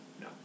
No